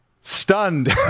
stunned